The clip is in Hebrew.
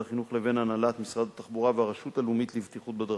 החינוך לבין הנהלת משרד התחבורה והרשות הלאומית לבטיחות בדרכים.